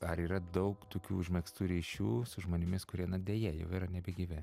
ar yra daug tokių užmegztų ryšių su žmonėmis kurie na deja jau yra nebegyvi